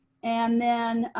and then